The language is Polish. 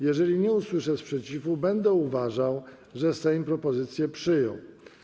Jeżeli nie usłyszę sprzeciwu, będę uważał, że Sejm propozycję przyjął.